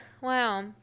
Wow